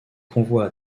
convois